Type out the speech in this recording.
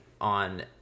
on